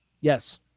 Yes